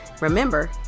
Remember